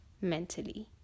mentally